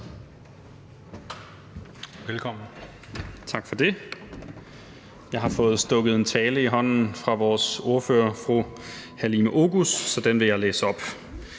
(SF): Tak for det. Jeg har fået stukket en tale i hånden fra vores ordfører, fru Halime Oguz, så den vil jeg læse op.